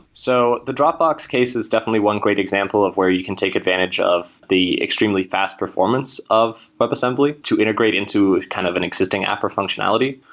so the dropbox case is definitely one great example of where you can take advantage of the extremely fast performance of webassembly to integrate into kind of an existing app or functionality.